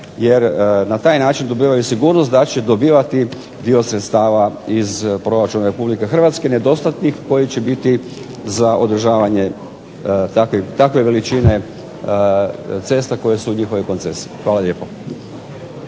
Jer na taj način dobivaju sigurnost da će dobivati dio sredstava iz proračuna RH nedostatnih koji će biti za održavanje takve veličine cesta koje su u njihovoj koncesiji. Hvala lijepo.